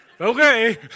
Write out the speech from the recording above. Okay